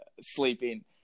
sleeping